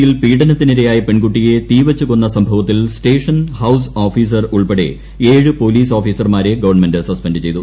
യിൽ ഉന്നാവോയിൽ പീഢനത്തിനിരയായ പെൺകുട്ടിയെ തീ വെച്ചു കൊന്ന സംഭവത്തിൽ സ്റ്റേഷൻ ഹൌസ് ഓഫീസർ ഉൾപ്പെടെ ഏഴ് പോലീസ് ഓഫീസർമാരെ ഗവൺമെന്റ് സസ്പെൻഡ് ചെയ്തു